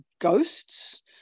ghosts